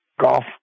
Golf